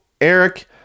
Eric